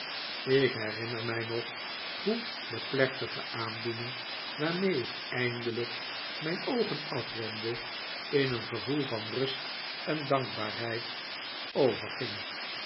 ik herinner mij nog hoe de plechtige aandoening waarmee ik eindelijk mijn oogen afwendde in een gevoel van rust en dankbaarheid